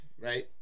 right